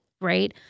right